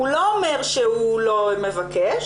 הוא לא אומר שהוא לא מבקש,